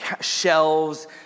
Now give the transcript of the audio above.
Shelves